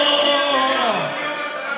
אוה, אוה, אוה.